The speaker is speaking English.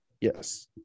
Yes